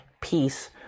peace